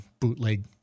bootleg